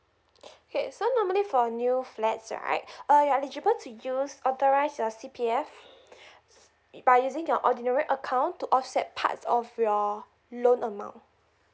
okay so normally for new flats right uh you're eligible to use authorised uh C_P_F by using your ordinary account to offset parts of your loan amount